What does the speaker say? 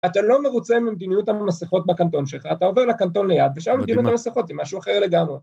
‫אתה לא מרוצה ממדיניות ‫המסכות בקנטון שלך, ‫אתה עובר לקנטון ליד ‫ושם מדיניות המסכות, ‫זה משהו אחר לגמרי.